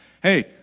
Hey